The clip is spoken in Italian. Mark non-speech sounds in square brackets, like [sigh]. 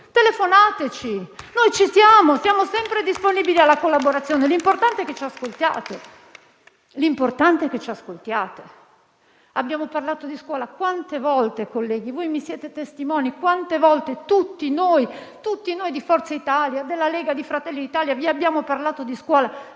telefonateci. Noi ci siamo e siamo sempre disponibili alla collaborazione. L'importante è che ci ascoltiate. [applause] Abbiamo parlato di scuola. Colleghi, voi mi siete testimoni: quante volte, tutti noi di Forza Italia, della Lega e di Fratelli d'Italia vi abbiamo parlato di scuola